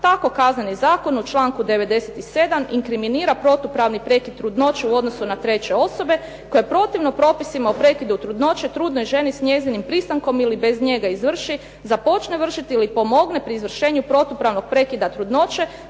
Tako Kazneni zakon u članku 97. inkriminira protupravni prekid trudnoće u odnosu na treće osobe, koje protivno propisima o prekidu trudnoće s njezinim pristankom ili bez njega izvrši, započne vršiti ili pomogne pri izvršenju protupravnog prekida trudnoće,